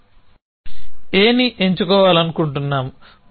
మనం Aని ఎంచుకోవాలనుకుంటున్నాము